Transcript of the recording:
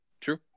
True